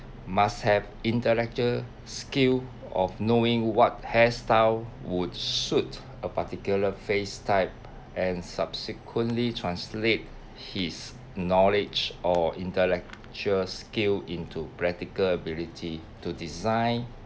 must have intellectual skill of knowing what hair style would suit a particular face type and subsequently translate his knowledge or intellectual scale into practical ability to design